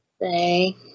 say